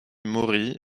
mori